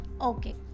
okay